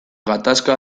gatazka